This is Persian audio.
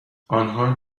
آنها